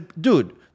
dude